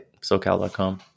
socal.com